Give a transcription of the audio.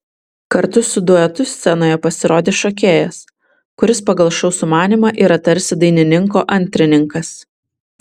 kartu su duetu scenoje pasirodė šokėjas kuris pagal šou sumanymą yra tarsi dainininko antrininkas